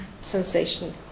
sensation